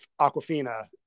Aquafina